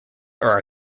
are